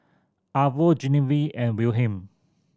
Arvo Genevieve and Wilhelm